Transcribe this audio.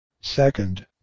Second